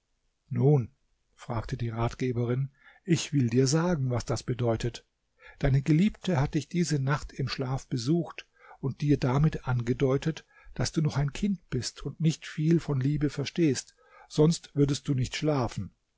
nun fragte die ratgeberin ich will dir sagen was das bedeutet deine geliebte hat dich diese nacht im schlaf besucht und dir damit angedeutet daß du noch ein kind bist und nicht viel von liebe verstehst sonst würdest du nicht schlafen